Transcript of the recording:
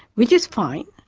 which is fine,